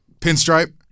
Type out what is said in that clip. Pinstripe